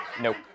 Nope